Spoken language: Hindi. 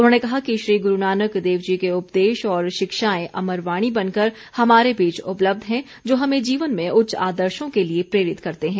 उन्होंने कहा कि श्री गुरू नानक देव जी के उपदेश और शिक्षाएं अमर वाणी बनकर हमारे बीच उपलब्ध हैं जो हमें जीवन में उच्च आदर्शो के लिए प्रेरित करते हैं